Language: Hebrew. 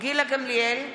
גילה גמליאל,